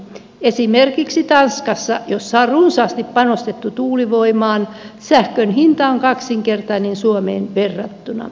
esimerkiksi tanskassa jossa on runsaasti panostettu tuulivoimaan sähkön hinta on kaksinkertainen suomeen verrattuna